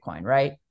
right